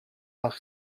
auch